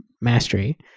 mastery